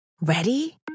Ready